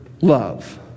love